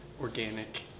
organic